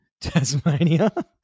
Tasmania